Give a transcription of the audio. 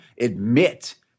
admit